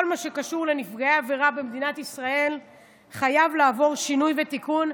כל מה שקשור לנפגעי העבירה במדינת ישראל חייב לעבור שינוי ותיקון,